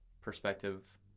perspective